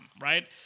Right